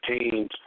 teams